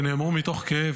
שנאמרו מתוך כאב,